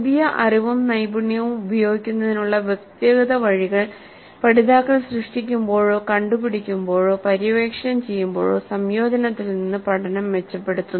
പുതിയ അറിവും നൈപുണ്യവും ഉപയോഗിക്കുന്നതിനുള്ള വ്യക്തിഗത വഴികൾ പഠിതാക്കൾ സൃഷ്ടിക്കുമ്പോഴോ കണ്ടുപിടിക്കുമ്പോഴോ പര്യവേക്ഷണം ചെയ്യുമ്പോഴോ സംയോജനത്തിൽ നിന്ന് പഠനം മെച്ചപ്പെടുത്തുന്നു